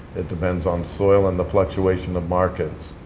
it depends on soil and the fluctuation of markets.